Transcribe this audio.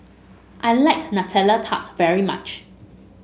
I like Nutella Tart very much